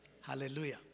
Hallelujah